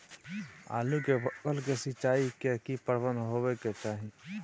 आलू के फसल के सिंचाई के की प्रबंध होबय के चाही?